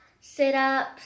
sit-ups